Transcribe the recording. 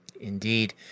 Indeed